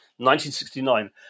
1969